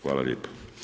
Hvala lijepa.